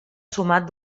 sumat